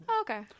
Okay